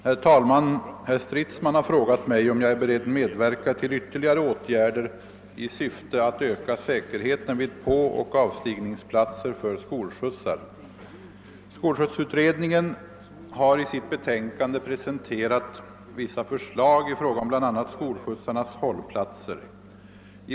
Herr talman! Herr Stridsman har frågat mig, om jag är beredd medverka till ytterligare åtgärder i syfte att öka säkerheten vid påoch avstigningsplatser för skolskjutsar. Skolskjutsutredningen har i sitt betänkande presenterat vissa förslag i fråga om bl.a. skolskjutsarnas hållplatser.